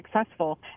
successful